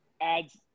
adds